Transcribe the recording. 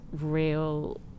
real